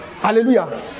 hallelujah